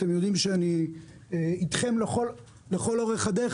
אתם יודעים שאני אתכם לכל אורך הדרך,